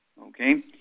okay